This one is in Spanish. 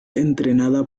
entrenada